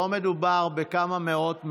לא מדובר בכמה מאות,